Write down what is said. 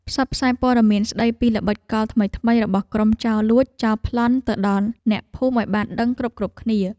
ផ្សព្វផ្សាយព័ត៌មានស្តីពីល្បិចកលថ្មីៗរបស់ក្រុមចោរលួចចោរប្លន់ទៅដល់អ្នកភូមិឱ្យបានដឹងគ្រប់ៗគ្នា។